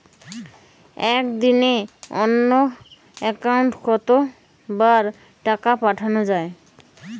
একদিনে অন্য একাউন্টে কত বার টাকা পাঠানো য়ায়?